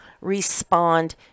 respond